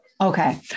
Okay